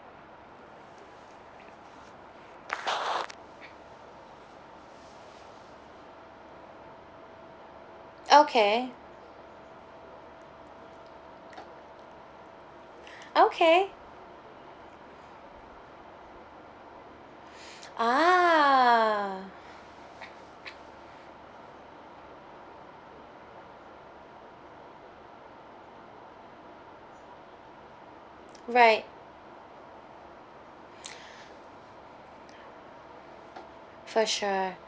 okay okay ah right for sure